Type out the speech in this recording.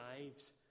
lives